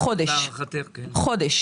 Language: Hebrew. חודש.